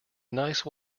nice